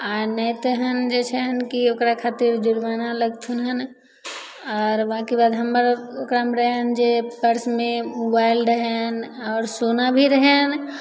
आओर नहि तऽ हम जे छै एहन कि ओकरा खातिर जुर्माना लगथुन हन आओर बाकी बात हमर ओकरामे रहनि जे पर्समे मोबाइल रहनि आओर सोना भी रहनि